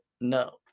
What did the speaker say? No